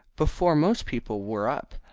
before most people were up,